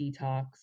detox